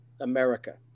America